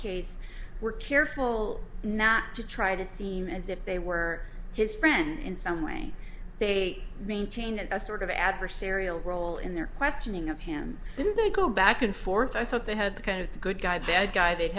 case were careful not to try to seem as if they were his friend in some way they maintain a sort of adversarial role in their questioning of him then they go back and forth i thought they had the kind of good guy bad guy they'd